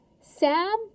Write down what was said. Sam